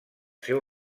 seu